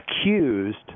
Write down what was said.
accused